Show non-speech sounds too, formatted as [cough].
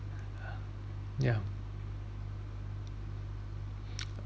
[breath] ya [breath]